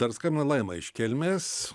dar skambina laima iš kelmės